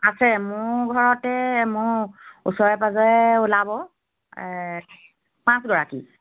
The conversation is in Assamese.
আছে মোৰ ঘৰতে মোৰ ওচৰে পাঁজৰে ওলাব পাঁচগৰাকী